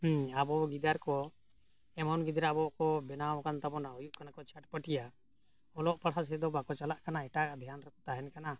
ᱦᱮᱸ ᱟᱵᱚ ᱜᱤᱫᱟᱹᱨ ᱠᱚ ᱮᱢᱚᱱ ᱜᱤᱫᱽᱨᱟᱹ ᱟᱵᱚ ᱠᱚ ᱵᱮᱱᱟᱣ ᱟᱠᱟᱱ ᱛᱟᱵᱚᱱᱟ ᱦᱩᱭᱩᱜ ᱠᱟᱱᱟ ᱠᱚ ᱪᱷᱟᱴ ᱯᱟᱹᱴᱭᱟᱹ ᱚᱞᱚᱜ ᱯᱟᱲᱦᱟᱜ ᱥᱮᱫ ᱫᱚ ᱵᱟᱠᱚ ᱪᱟᱞᱟᱜ ᱠᱟᱱᱟ ᱮᱴᱟᱜ ᱫᱷᱮᱭᱟᱱ ᱨᱮᱠᱚ ᱛᱟᱦᱮᱱ ᱠᱟᱱᱟ